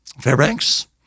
Fairbanks